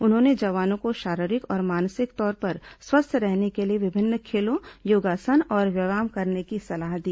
उन्होंने जवानों को शारीरिक और मानसिक तौर पर स्वस्थ रहने के लिए विभिन्न खेलों योगासन और व्यायाम करने की सलाह दी